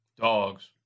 Dogs